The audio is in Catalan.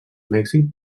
mèxic